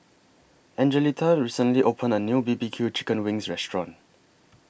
Angelita recently opened A New B B Q Chicken Wings Restaurant